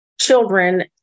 children